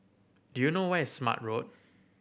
do you know where is Smart Road